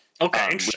Okay